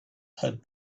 had